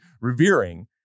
revering